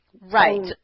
Right